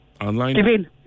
online